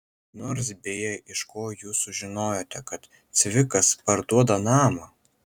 nors beje iš ko jūs sužinojote kad cvikas parduoda namą